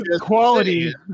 quality